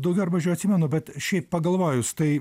daugiau ar mažiau atsimenu bet šiaip pagalvojus tai